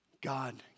God